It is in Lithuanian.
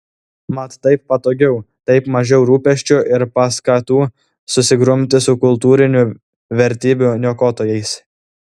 mat taip patogiau taip mažiau rūpesčių ir paskatų susigrumti su kultūrinių vertybių niokotojais